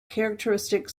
characteristic